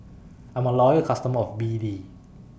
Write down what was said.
I'm A Loyal customer of B D